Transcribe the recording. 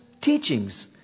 teachings